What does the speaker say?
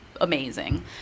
amazing